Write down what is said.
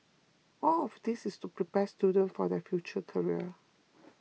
all of this to prepare students for their future career